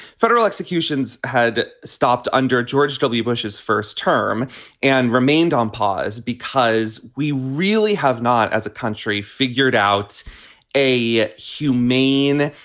federal executions had stopped under george w. bush's first term and remained on pause because we really have not, as a country figured out a humane,